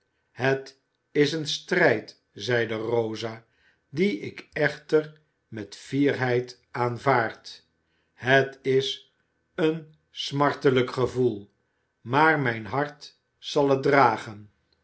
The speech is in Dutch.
het is een strijd zeide rosa dien ik echter met fierheid aanvaard het is een smartelijk gevoel maar mijn hart zal het dragen